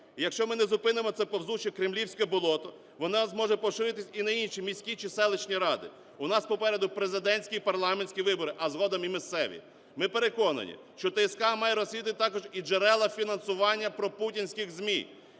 якщо ми не зупинимо це повзуче кремлівське болото, воно зможе поширитись і на інші міські чи селищні ради. У нас попереду президентські, парламентські вибори, а згодом і місцеві. Ми переконані, що ТСК має розслідувати також і джерела фінансування пропутінських ЗМІ.